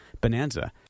bonanza